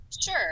Sure